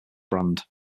brand